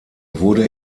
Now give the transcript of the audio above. wurde